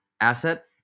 asset